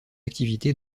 activité